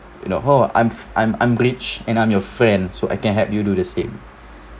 you know how I'm I'm I'm glitch and I'm your friend so I can help you do the same